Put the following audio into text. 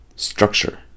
structure